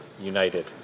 united